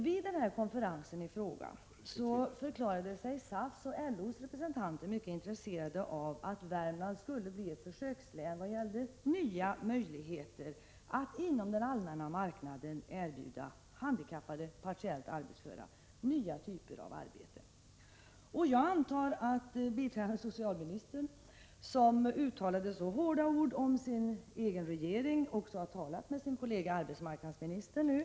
Vid den ifrågavarande konferensen förklarade sig SAF:s och LO:s representanter vara mycket intresserade av att Värmland skulle bli ett försökslän när det gäller nya möjligheter att inom den allmänna marknaden erbjuda handikappade, partiellt arbetsföra, nya typer av arbeten. Jag antar att biträdande socialministern, som uttalade så hårda ord om sin egen regering, också har talat med sin kollega arbetsmarknadsministern och Prot.